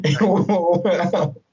Wow